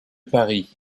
paris